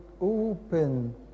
open